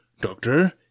Doctor